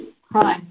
Hi